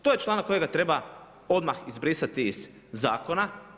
To je članak kojega treba odmah izbrisati iz zakona.